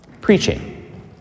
preaching